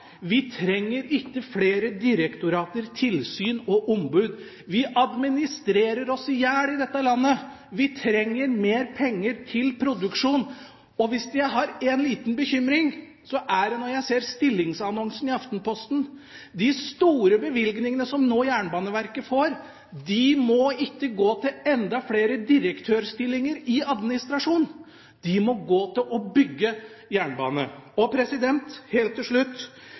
Vi trenger ikke flere direktorater, tilsyn og ombud. Vi administrerer oss i hjel i dette landet. Vi trenger mer penger til produksjon, og hvis jeg har en liten bekymring, er det når jeg ser stillingsannonsene i Aftenposten. De store bevilgningene som nå Jernbaneverket får, må ikke gå til enda flere direktørstillinger i administrasjonen. De må gå til å bygge jernbane. Helt til slutt: